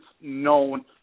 known